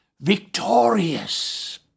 victorious